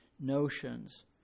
notions